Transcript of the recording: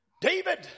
David